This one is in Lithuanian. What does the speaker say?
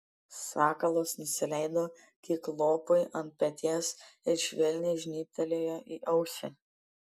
sakalas nusileido kiklopui ant peties ir švelniai žnybtelėjo į ausį